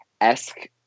Esque